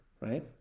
right